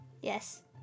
Yes